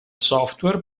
software